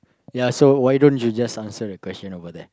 ya so why don't you just answer the question about that